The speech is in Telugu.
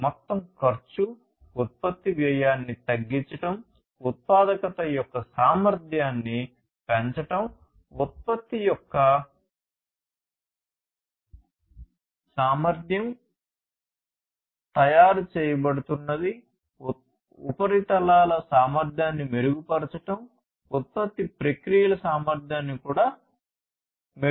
మొత్తం ఖర్చు ఉత్పత్తి వ్యయాన్ని సామర్థ్యాన్ని కూడా మెరుగుపరచవచ్చు